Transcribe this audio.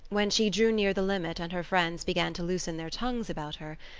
when she drew near the limit and her friends began to loosen their tongues about her,